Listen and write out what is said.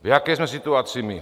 V jaké jsme situaci my?